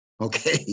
okay